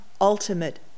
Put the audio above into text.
ultimate